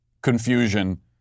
confusion